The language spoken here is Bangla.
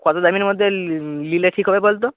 কত দামের মধ্যে নি নিলে ঠিক হবে বল তো